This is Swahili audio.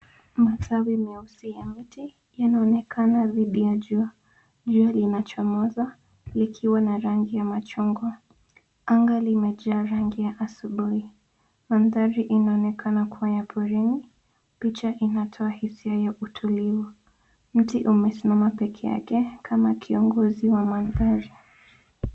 Matawi meusi ya miti yanaonekana dhidi ya jua. Jua linachomoza likiwa na rangi ya machungwa. Anga limejaa rangi ya asubuhi. Mandhari inaonekana kuwa ya porini. Picha inatoa hisia ya utulivu. Mti umesimama pekee yake kama kiongozi wa mandhari.